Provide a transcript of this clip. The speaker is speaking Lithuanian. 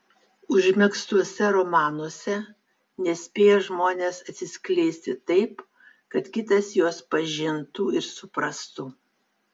užmegztuose romanuose nespėja žmonės atsiskleisti taip kad kitas juos pažintų ir suprastų